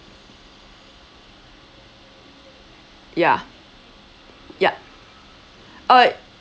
ya yup uh